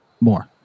more